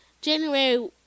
January